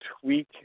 tweak